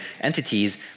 entities